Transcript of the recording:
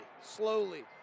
slowly